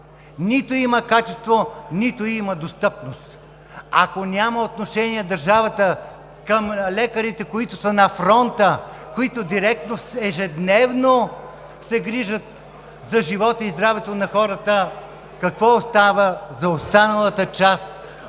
нито има качество, нито има достъпност. Ако държавата няма отношение към лекарите, които са на фронта, които ежедневно се грижат за живота и здравето на хората, какво остава за останалата част от